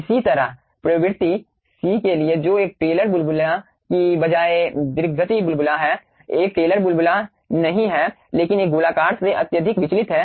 इसी तरह प्रवृत्ति C के लिए जो एक टेलर बुलबुला की बजाएं दीर्घित बुलबुला है एक टेलर बुलबुला नहीं है लेकिन एक गोलाकार से अत्यधिक विचलित है